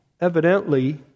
Evidently